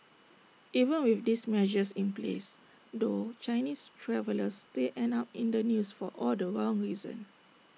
even with these measures in place though Chinese travellers still end up in the news for all the wrong reasons